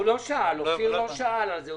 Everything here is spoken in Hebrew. הוא אפילו לא שאל על זה.